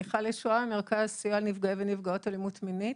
שמי מיכל יהושוע מהמרכז לסיוע לנפגעי ונפגעות אלימות מינית.